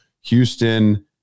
Houston